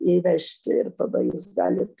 įvežti ir tada jūs galit